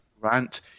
Grant